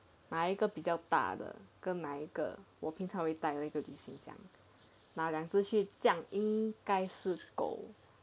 拿一个比较大的跟拿一个我平常会带的旅行箱拿两个去应该是够的